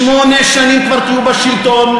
שמונה שנים כבר בשלטון,